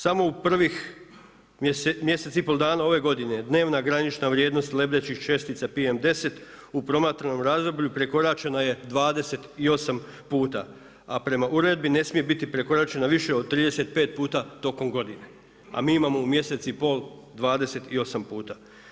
Samo u prvih mjesec i pol dana ove godine dnevna granična vrijednost lebdećih čestica PM10 u promatranom razdoblju prekoračena je 28 puta a prema uredbi ne smije biti prekoračena više od 35 puta tokom godine a mi imamo u mjesec i pol 28 puta.